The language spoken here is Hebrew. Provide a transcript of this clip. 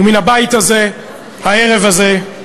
ומן הבית הזה, הערב הזה,